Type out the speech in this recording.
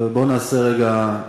בואו נעשה רגע,